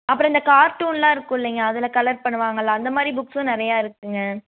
அப்புறம் இந்த கார்ட்டூன் எல்லாம் இருக்கும் இல்லையா அதில் கலர் பண்ணுவாங்கல அந்தமாதிரி புக்ஸும் நிறைய இருக்குங்க